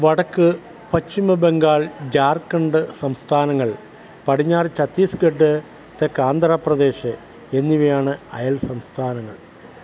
വടക്ക് പശ്ചിമ ബംഗാൾ ജാർഖണ്ഡ് സംസ്ഥാനങ്ങൾ പടിഞ്ഞാറ് ഛത്തീസ്ഗഢ് തെക്ക് ആന്ധ്രാപ്രദേശ് എന്നിവയാണ് അയൽ സംസ്ഥാനങ്ങൾ